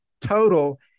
total